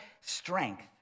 strength